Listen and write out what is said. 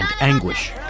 anguish